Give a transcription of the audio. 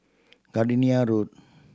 Gardenia Road